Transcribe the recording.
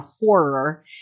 horror